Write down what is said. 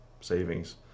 savings